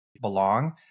belong